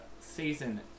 season